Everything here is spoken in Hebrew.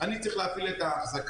אני צריך להפעיל את ההחזקה,